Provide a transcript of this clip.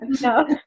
No